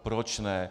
Proč ne?